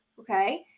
okay